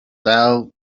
thou